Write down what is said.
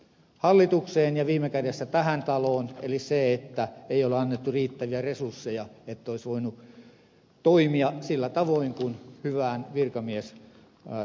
hallitukseen ja viime kädessä tähän taloon eli ei ole annettu riittäviä resursseja että olisi voinut toimia sillä tavoin kuin hyvään virkamiestapaan kuuluu